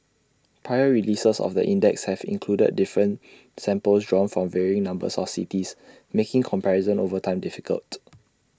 prior releases of the index have included different samples drawn from varying numbers of cities making comparison over time difficult